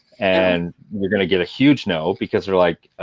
and you're going to get a huge no, because they're like,